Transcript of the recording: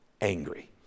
angry